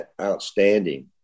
outstanding